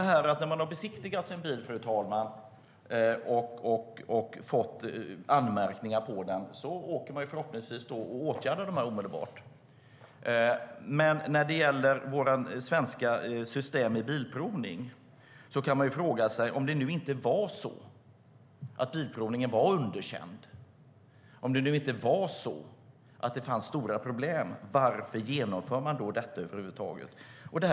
När man har besiktigat sin bil, fru talman, och fått anmärkningar på den åtgärdar man dem förhoppningsvis omedelbart. Men när det gäller det svenska systemet med bilprovningen, om det nu inte var så att bilprovningen var underkänd, att det inte fanns stora problem, varför genomför man då detta över huvud taget? Fru talman!